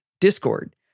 Discord